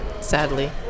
Sadly